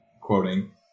quoting